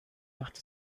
macht